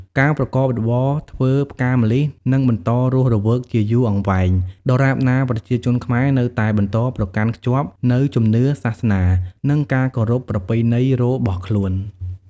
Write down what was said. ការប្រកបរបរធ្វើផ្កាម្លិះនឹងបន្តរស់រវើកជាយូរអង្វែង ដរាបណាប្រជាជនខ្មែរនៅតែបន្តប្រកាន់ខ្ជាប់នូវជំនឿសាសនា និងការគោរពប្រពៃណីរបស់ខ្លួន។